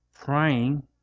Praying